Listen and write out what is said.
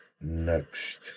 Next